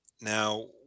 Now